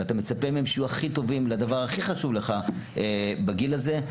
ואתה מצפה מהם שיהיו הכי טובים לדבר הכי חשוב לך בגיל הזה.